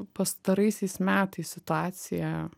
pastaraisiais metais situacija